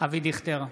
אבי דיכטר,